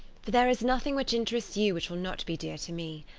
for there is nothing which interests you which will not be dear to me.